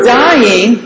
dying